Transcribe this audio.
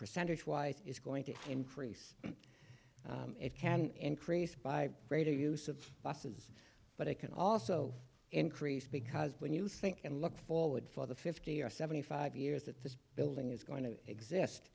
percentage wise is going to increase it can increase by greater use of buses but it can also increase because when you think and look forward for the fifty or seventy five years that this building is going to exist